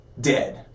dead